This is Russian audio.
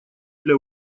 для